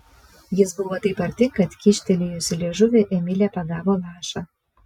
jis buvo taip arti kad kyštelėjusi liežuvį emilė pagavo lašą